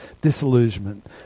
disillusionment